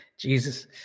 Jesus